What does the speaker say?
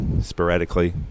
sporadically